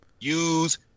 use